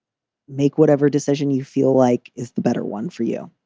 make whatever decision you feel like is the better one for you